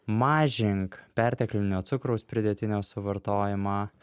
mažink perteklinio cukraus pridėtinio suvartojimą